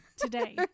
today